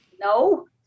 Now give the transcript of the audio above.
No